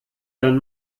dann